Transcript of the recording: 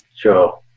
Sure